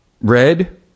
Red